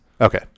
Okay